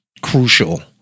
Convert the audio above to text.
crucial